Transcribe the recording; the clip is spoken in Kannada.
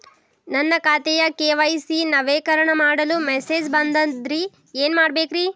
ನನ್ನ ಖಾತೆಯ ಕೆ.ವೈ.ಸಿ ನವೇಕರಣ ಮಾಡಲು ಮೆಸೇಜ್ ಬಂದದ್ರಿ ಏನ್ ಮಾಡ್ಬೇಕ್ರಿ?